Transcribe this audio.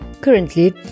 Currently